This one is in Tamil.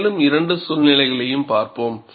மேலும் இரண்டு சூழ்நிலைகளையும் பார்ப்போம்